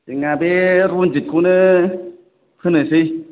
जोंना बे रन्जितखौनो फोनोसै